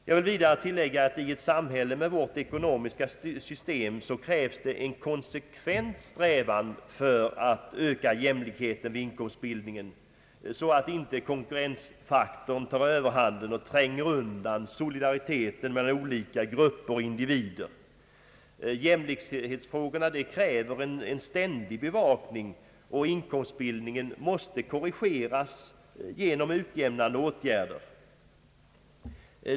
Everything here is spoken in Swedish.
Jag vill tillägga att det i ett samhälle med vårt ekonomiska system krävs en konsekvent strävan att öka jämlikheten vid inkomstfördelningen så att inte konkurrentfaktorn tar överhanden och tränger undan solidariteten mellan olika grupper och individer. Jämlikhetsfrågorna kräver en ständig bevakning, och inkomstbildningen måste korrigeras genom utjämnande åtgärder.